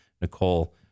Nicole